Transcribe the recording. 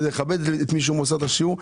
לכבד את מי שהוא מוסר את השיעור.